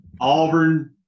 Auburn